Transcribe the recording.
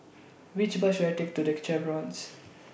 Which Bus should I Take to The Chevrons